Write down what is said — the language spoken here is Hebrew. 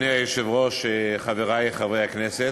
אדוני היושב-ראש, חברי חברי הכנסת,